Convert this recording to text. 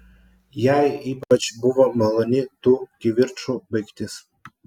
jai ypač buvo maloni tų kivirčų baigtis